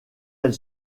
elle